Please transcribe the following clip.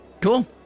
Cool